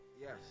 Yes